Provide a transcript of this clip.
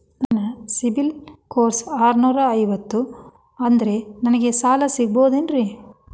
ನನ್ನ CIBIL score ಆರನೂರ ಐವತ್ತು ಅದರೇ ನನಗೆ ಸಾಲ ಸಿಗಬಹುದೇನ್ರಿ?